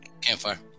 campfire